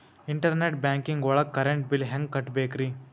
Internet banking ಒಳಗ್ current bill ಹೆಂಗ್ ಕಟ್ಟ್ ಬೇಕ್ರಿ?